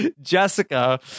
Jessica